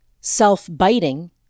self-biting